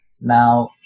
Now